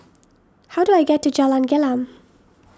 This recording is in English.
how do I get to Jalan Gelam